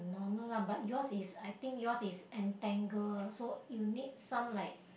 longer lah but yours is I think yours is untangle so you need some like